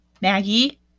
Maggie